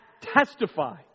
Testify